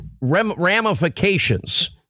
ramifications